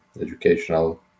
educational